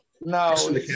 No